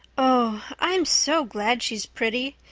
oh, i'm so glad she's pretty.